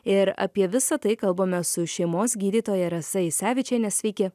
ir apie visa tai kalbamės su šeimos gydytoja rasa isevičiene sveiki